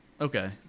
Okay